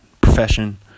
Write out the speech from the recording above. profession